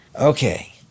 Okay